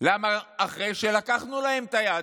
למה אחרי שלקחנו להם את היהדות,